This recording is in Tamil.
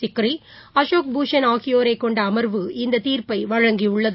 சிக்ரி அசோக் பூஷண் ஆகியோரைகொண்டஅமா்வு இந்ததீாப்பைவழங்கியுள்ளது